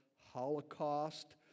Holocaust